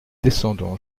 descendons